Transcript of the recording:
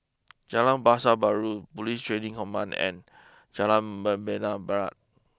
Jalan Pasar Baru police Training Command and Jalan Membina Barat